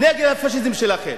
נגד הפאשיזם שלכם.